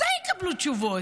מתי יקבלו תשובות?